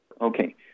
Okay